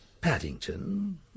Paddington